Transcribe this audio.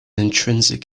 intrinsic